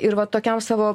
ir va tokiam savo